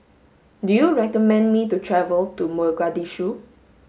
do you recommend me to travel to Mogadishu